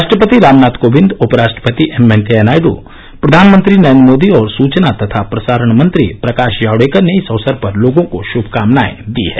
राष्ट्रपति रामनाथ कोविंद उपराष्ट्रपति एम वेंकैया नायडू प्रधानमंत्री नरेन्द्र मोदी और सुचना तथा प्रसारण मंत्री प्रकाश जावडेकर ने इस अवसर पर लोगों को श्मकामनाएं दी है